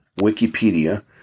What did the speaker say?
Wikipedia